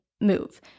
move